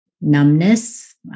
numbness